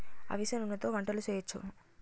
అవిసె నూనెతో వంటలు సేయొచ్చును